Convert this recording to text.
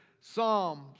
Psalms